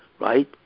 right